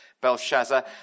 Belshazzar